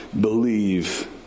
believe